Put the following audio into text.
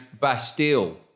Bastille